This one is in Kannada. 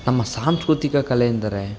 ನಮ್ಮ ಸಾಂಸ್ಕೃತಿಕ ಕಲೆ ಎಂದರೆ